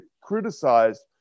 criticized